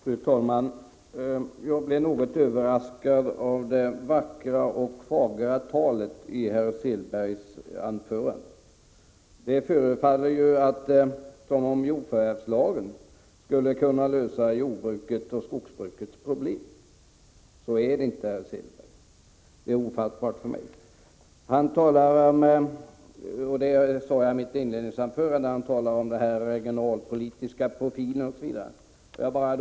Fru talman! Jag blev något överraskad av det vackra och fagra talet i herr Selbergs anförande. Det förefaller som om jordförvärvslagen skulle lösa jordbrukets och skogsbrukets problem. Så är det inte, herr Selberg. Det han säger är ofattbart för mig. Herr Selberg talar om regionalpolitisk profil, något som jag också berörde i mitt inledningsanförande.